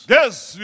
Yes